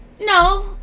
No